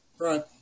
right